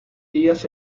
días